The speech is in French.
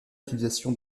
utilisation